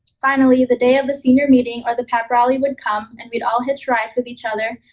finally, the day of the senior meeting or the pep rally would come, and we'd all hitch rides with each other,